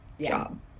job